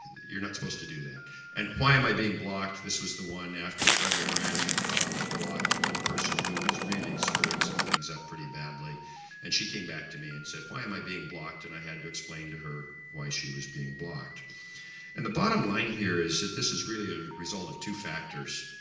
you're not supposed to do that and why am i being blocked? this was the one after frederick ramm blocked one person who was really screwing some things up pretty badly and she came back to me and said why am i being blocked? and i had to explain her why she was being blocked and the bottom line here, is that this is really a result of two factors